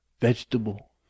vegetable